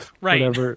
Right